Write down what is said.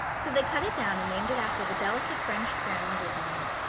so they cut it down and named it after the delicate french creme d'lsigny.